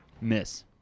miss